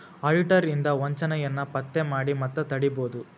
auditor ಇಂದಾ ವಂಚನೆಯನ್ನ ಪತ್ತೆ ಮಾಡಿ ಮತ್ತ ತಡಿಬೊದು